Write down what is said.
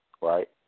right